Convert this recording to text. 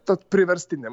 tad priverstinėm